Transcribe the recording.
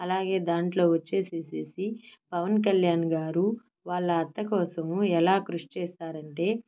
అలాగే దాంట్లో వచ్చేసేసేసి పవన్ కళ్యాణ్ గారు వాళ్ళ అత్త కోసము ఎలా కృషి చేస్తారంటే